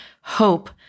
hope